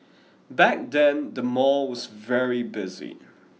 back then the mall was very busy